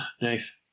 Nice